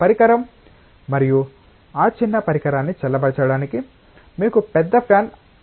పరికరం మరియు ఆ చిన్న పరికరాన్ని చల్లబరచడానికి మీకు పెద్ద ఫ్యాన్ అవసరం